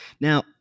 Now